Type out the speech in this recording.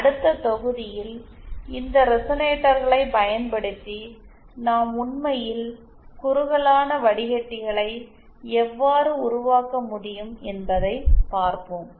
அடுத்த தொகுதியில் இந்த ரெசனேட்டர்களைப் பயன்படுத்தி நாம் உண்மையில் குறுகலான வடிக்கட்டிகளை எவ்வாறு உருவாக்க முடியும் என்பதைப் பார்ப்போம்